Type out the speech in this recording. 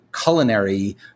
culinary